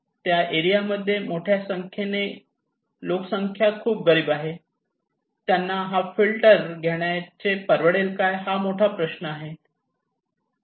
त्या एरिया मध्ये मोठ्या संख्येने लोकसंख्या खूप गरीब आहे त्यांना हा फिल्टर घेण्याची परवडेल काय हा एक मोठा प्रश्न आहे